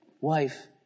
wife